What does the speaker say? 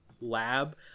lab